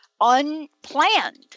unplanned